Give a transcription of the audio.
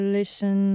listen